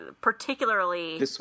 particularly